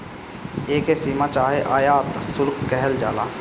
एके सीमा चाहे आयात शुल्क कहल जाला